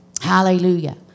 Hallelujah